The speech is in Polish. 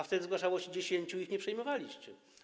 Wtedy zgłaszało się 10 i ich nie przyjmowaliście.